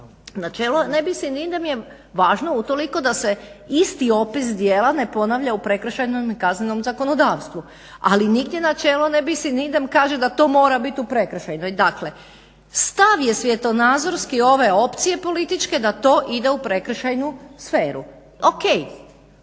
Načelo ne bis in idem je važno utoliko da se isti opis djela ne ponavlja u prekršajnom i kaznenom zakonodavstvu ali nigdje načelo ne bis in idem kaže da to mora biti u prekršaju. Dakle, stav je svjetonazorski ove opcije političke da to ide u prekršajnu sferu.